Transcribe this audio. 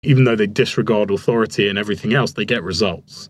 ועל אף שהם מתכחשים לסמכות ולכל דבר אחר, הם מציגים תוצאות.